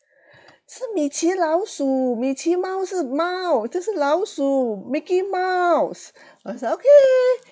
是米奇老鼠米奇猫是猫这是老鼠 mickey mouse I was like okay